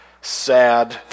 sad